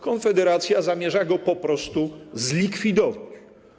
Konfederacja zamierza go po prostu zlikwidować.